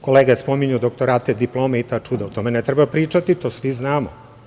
Kolege spominju doktorate, diplome i ta čuda, o tome ne treba pričati to svi znamo.